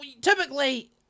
typically